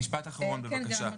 משפט אחרון בבקשה.